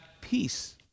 peace